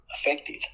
effective